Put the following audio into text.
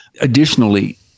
Additionally